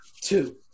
Two